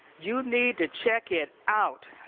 you need to check it out.